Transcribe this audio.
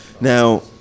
Now